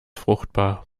fruchtbar